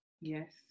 Yes